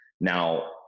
Now